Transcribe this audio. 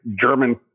German